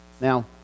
Now